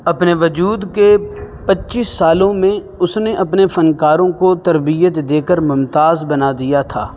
اپنے وجود کے پچیس سالوں میں اس نے اپنے فنکاروں کو تربیت دے کر ممتاز بنا دیا تھا